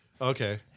Okay